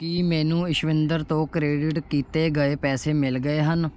ਕੀ ਮੈਨੂੰ ਇਸ਼ਵਿੰਦਰ ਤੋਂ ਕ੍ਰੈਡਿਟ ਕੀਤੇ ਗਏ ਪੈਸੇ ਮਿਲ ਗਏ ਹਨ